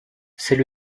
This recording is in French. c’est